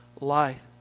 Life